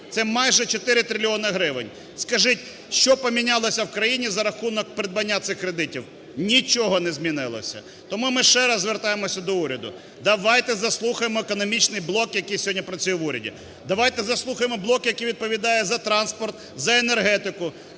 це майже 4 трильйони гривень. Скажіть, що помінялося в країні за рахунок придбання цих кредитів? Нічого не змінилося. Тому ми ще раз звертаємося до уряду. Давайте заслухаємо економічний блок, який сьогодні працює в уряді. Давайте заслухаємо блок, який відповідає за транспорт, за енергетику.